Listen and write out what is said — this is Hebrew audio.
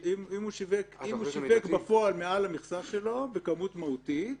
אם הוא שיווק בפועל מעל המכסה שלו בכמות מהותית,